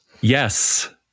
Yes